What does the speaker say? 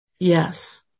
Yes